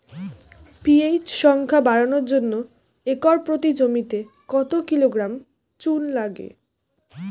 PH সংখ্যা বাড়ানোর জন্য একর প্রতি জমিতে কত কিলোগ্রাম চুন লাগে?